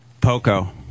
Poco